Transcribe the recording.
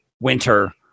winter